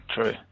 true